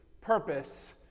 purpose